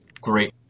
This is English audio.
great